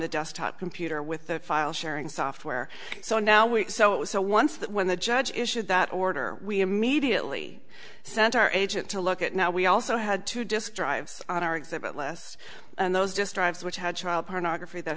the desktop computer with the file sharing software so now we so it was so once that when the judge issued that order we immediately sent our agent to look at now we also had two disk drives on our exhibit less and those just drives which had child pornography that